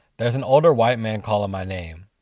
there is an older white man calling my name.